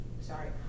sorry